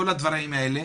כל הדברים האלה.